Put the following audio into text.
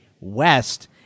West